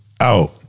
out